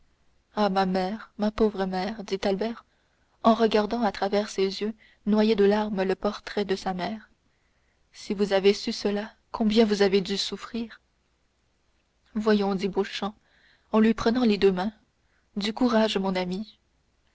ah ma mère ma pauvre mère dit albert en regardant à travers ses yeux noyés de larmes le portrait de sa mère si vous avez su cela combien vous avez dû souffrir voyons dit beauchamp en lui prenant les deux mains du courage ami